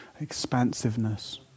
expansiveness